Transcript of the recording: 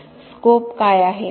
scope काय आहे